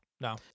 No